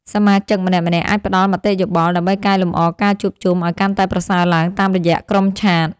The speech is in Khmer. សមាជិកម្នាក់ៗអាចផ្ដល់មតិយោបល់ ដើម្បីកែលម្អការជួបជុំឱ្យកាន់តែប្រសើរឡើងតាមរយៈក្រុមឆាត។